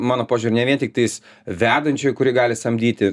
mano požiūriu ne vien tiktais vedančiojo kurį gali samdyti